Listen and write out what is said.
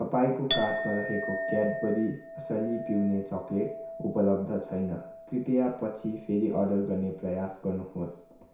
तपाईँको कार्टमा रहेको क्याडबरी असली पिउने चक्लेट उपलब्ध छैन कृपया पछि फेरि अर्डर गर्ने प्रयास गर्नुहोस्